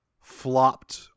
flopped